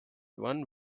one